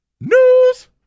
news